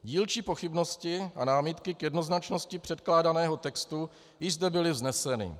Dílčí pochybnosti a námitky k jednoznačnosti předkládaného textu již zde byly vzneseny.